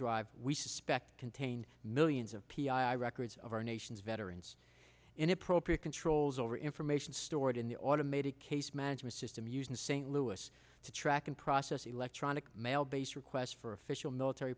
drive we suspect contained millions of p r records of our nation's veterans inappropriate controls over information stored in the automated case management system used in st louis to track and process electronic mail based requests for official military